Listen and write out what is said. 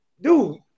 dude